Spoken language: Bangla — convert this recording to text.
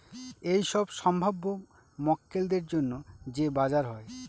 এইসব সম্ভাব্য মক্কেলদের জন্য যে বাজার হয়